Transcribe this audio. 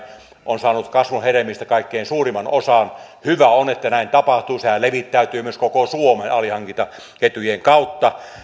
on saanut kasvun hedelmistä kaikkein suurimman osan hyvä on että näin tapahtuu sehän levittäytyy myös koko suomeen alihankintaketjujen kautta